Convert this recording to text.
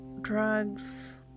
drugs